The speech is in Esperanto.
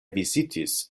vizitis